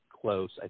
close